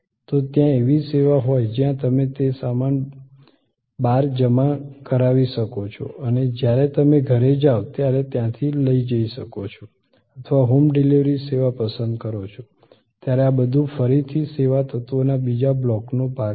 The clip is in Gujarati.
તો ત્યાં એવી સેવા હોય જ્યાં તમે તે સામાન બારે જમા કરવી શકો અને જ્યારે તમે ઘરે જાવ ત્યારે ત્યાં થી લઈ ને જઈ શકો અથવા હોમ ડિલિવરી સેવા પસંદ કરો છો ત્યારે આ બધું ફરીથી સેવા તત્વોના બીજા બ્લોકનો ભાગ છે